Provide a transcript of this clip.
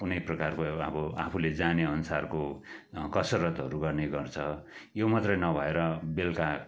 कुनै प्रकारको अब आफूले जानेअनुसारको कसरतहरू गर्ने गर्छ यो मात्रै नभएर बेलुका